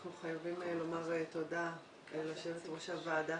אנחנו חייבים לומר תודה ליושבת-ראש הוועדה.